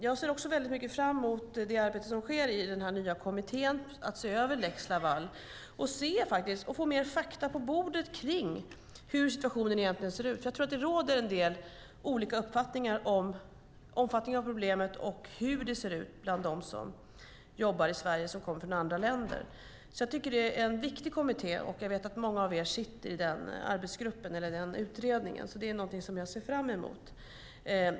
Jag ser också väldigt mycket fram mot det arbete som sker i den nya kommittén med att se över lex Laval och faktiskt få mer fakta på bordet kring hur situationen egentligen ser ut. Jag tror att det råder en del olika uppfattningar om omfattningen av problemet och hur det ser ut bland dem som jobbar i Sverige men som kommer från andra länder. Jag tycker att det är en viktig kommitté, och jag vet att många av er sitter i den utredningen. Resultatet av den är någonting som jag ser fram emot.